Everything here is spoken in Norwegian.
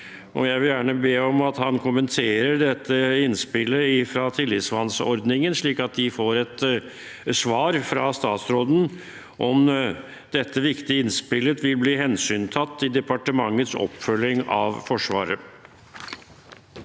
jeg vil gjerne be om at han kommenterer dette innspillet fra tillitsmannsordningen, slik at de får et svar fra statsråden på om dette viktige innspillet vil bli hensyntatt i departementets oppfølging av Forsvaret.